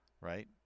right